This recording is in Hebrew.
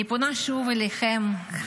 אני פונה שוב אליכם,